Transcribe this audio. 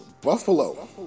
Buffalo